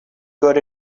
good